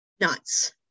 nuts